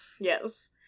Yes